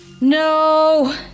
No